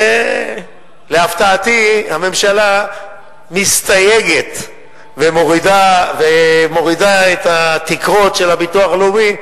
להפתעתי הממשלה מסתייגת ומורידה את התקרות של הביטוח הלאומי,